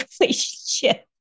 relationship